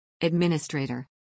Administrator